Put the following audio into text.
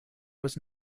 was